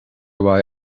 why